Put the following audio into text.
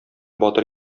батыр